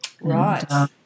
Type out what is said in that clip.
right